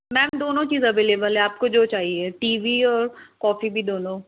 ma'am दोनों चीज़ available है आपको जो चाहिए टी वी और कॉफी भी दोनों